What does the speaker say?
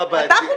אתה חוצפה.